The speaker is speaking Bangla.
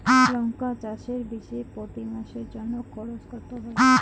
লঙ্কা চাষে বিষে প্রতি সারের জন্য খরচ কত হয়?